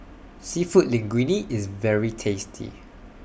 Seafood Linguine IS very tasty